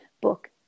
book